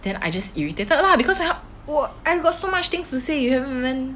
then I just irritated lah because he~ 我 I got so much things to say you haven't even